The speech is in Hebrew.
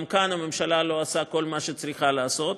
גם כאן הממשלה לא עושה כל מה שהיא צריכה לעשות.